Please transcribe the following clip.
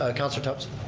ah council thomson.